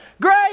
Great